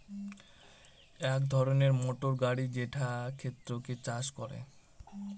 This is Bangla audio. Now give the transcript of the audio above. এক ধরনের মোটর গাড়ি যেটা ক্ষেতকে চাষ করে